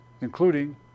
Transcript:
including